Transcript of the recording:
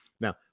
Now